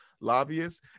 lobbyists